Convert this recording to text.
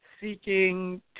seeking